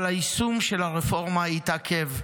אבל היישום של הרפורמה התעכב,